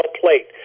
plate